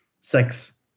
sex